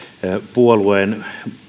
puolueen